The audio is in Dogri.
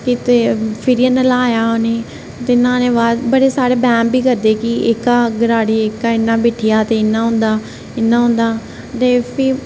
कि फिरियै नहलाया नेईं उ'नें ते न्हाने बाद बड़े सारे बैह्म बी करदे कि एह्का गराड़ी एह्का इ'यां बिट्ठी जा ते इ'यां होंदा इ'यां होंदा ते फ्ही